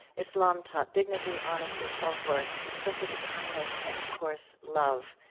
islam taught dignity, honesty, self-worth, simplicity, kindness and, of course, love,